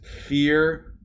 fear